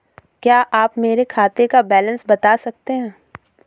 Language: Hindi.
क्या आप मेरे खाते का बैलेंस बता सकते हैं?